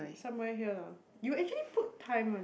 somewhere here ah you actually put time one